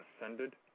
ascended